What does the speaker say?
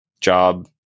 job